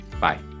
Bye